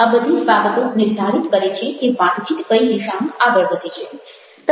આ બધી જ બાબતો નિર્ધારિત કરે છે કે વાતચીત કઈ દિશામાં આગળ વધે છે